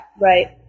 right